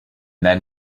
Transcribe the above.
then